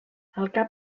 cap